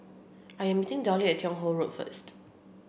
I'm meeting Dollie at Teo Hong Road first